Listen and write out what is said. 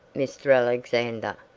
mr. alexander.